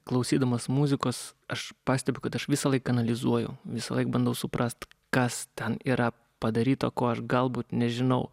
klausydamas muzikos aš pastebiu kad aš visąlaik analizuoju visąlaik bandau suprast kas ten yra padaryta ko aš galbūt nežinau